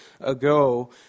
ago